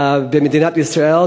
במדינת ישראל,